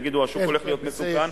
ויגידו: השוק הולך להיות מסוכן,